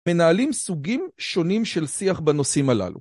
מנהלים סוגים שונים של שיח בנושאים הללו.